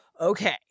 okay